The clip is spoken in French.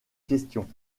questions